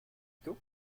tôt